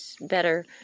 better